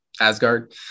asgard